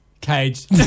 Cage